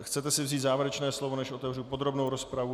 Chcete si vzít závěrečné slovo než otevřu podrobnou rozpravu?